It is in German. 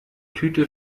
tüte